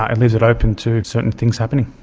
and leaves it open to certain things happening.